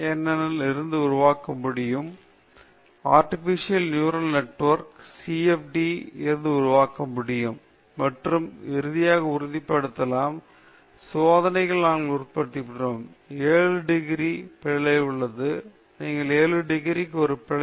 ன் இலிருந்து தீர்வு உருவாக்க முடியும் ஆர்டிபிசியால் நேற்றுள் நெட்ஒர்க் நீங்கள் CFD இலிருந்து உருவாக்க முடியும் மற்றும் இறுதியாக உறுதிப்படுத்தலாம் சோதனையுடன் நாங்கள் உறுதிபடுத்தியுள்ளோம் 7 டிகிரிகளுக்குள் பிழை உள்ளது நீங்கள் 7 டிகிரிக்கு ஒரு பிழையில் உள்ளீர்கள்